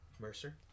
Mercer